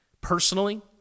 personally